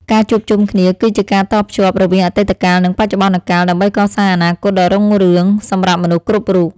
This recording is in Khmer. ការជួបជុំគ្នា គឺជាការតភ្ជាប់រវាងអតីតកាល និងបច្ចុប្បន្នកាលដើម្បីកសាងអនាគតដ៏រុងរឿងសម្រាប់មនុស្សគ្រប់រូប។